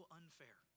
unfair